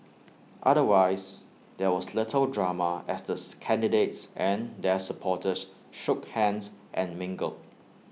otherwise there was little drama as this candidates and their supporters shook hands and mingled